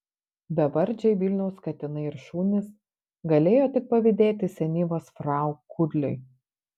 bevardžiai vilniaus katinai ir šunys galėjo tik pavydėti senyvos frau kudliui